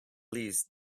least